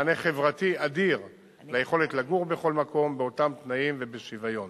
מענה חברתי אדיר ליכולת לגור בכל מקום באותם תנאים ובשוויון.